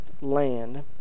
land